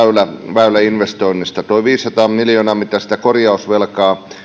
väyläinvestoinneista tuo viisisataa miljoonaa mitä korjausvelkaa